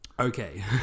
Okay